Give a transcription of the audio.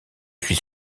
suis